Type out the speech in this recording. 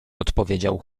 odpowiedział